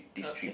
okay